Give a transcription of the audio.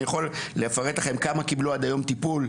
אני יכול לפרט לכם כמה קיבלו עד היום טיפול.